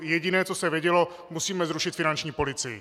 Jediné, co se vědělo: musíme zrušit finanční policii!